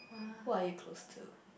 who are you close to